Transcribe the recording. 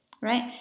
right